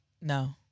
No